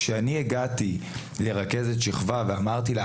כשאני הגעתי לרכזת שכבה ואמרתי לה,